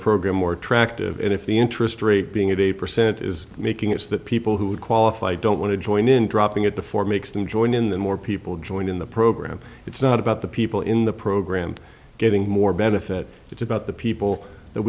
program more attractive and if the interest rate being at eight percent is making it's that people who would qualify don't want to join in dropping it before makes them join in the more people join in the program it's not about the people in the program getting more benefit it's about the people that